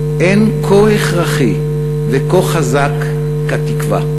אין כה הכרחי וכה חזק כתקווה.